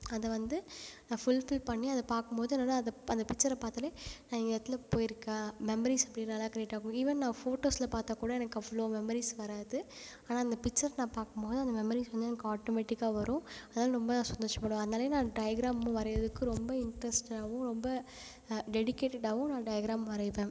அதை வந்து நான் ஃபுல்ஃபில் பண்ணி அதை பார்க்கும்போது நல்லா அது அந்த பிச்சரை பார்த்தாலே இந்த இடத்துல போயிருக்க மெமரிஸ் அப்படி நல்லா க்ரியேட் ஆகும் ஈவன் நான் ஃபோட்டோஸில் பார்த்தா கூட எனக்கு அவ்வளோ மெமரிஸ் வராது ஆனால் அந்த பிச்சர் நான் பார்க்கும்போது அந்த மெமரிஸ் வந்து எனக்கு ஆட்டோமெட்டிக்காக வரும் அதனால் ரொம்ப நான் சந்தோஷப்படுவேன் அதனால நான் டையக்ராமும் வரைறதுக்கு ரொம்ப இண்ட்ரெஸ்ட்டடாகவும் ரொம்ப டெடிக்கேட்டடாகவும் நான் டையக்ராம் வரைவேன்